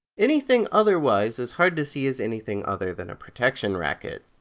anything otherwise is hard to see as anything other than a protection racket.